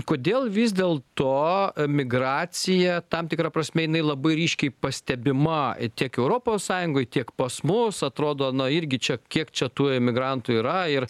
kodėl vis dėl to emigracija tam tikra prasme jinai labai ryškiai pastebima tiek europos sąjungoj tiek pas mus atrodo na irgi čia kiek čia tų emigrantų yra ir